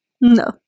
No